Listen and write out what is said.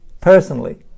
personally